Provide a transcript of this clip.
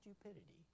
stupidity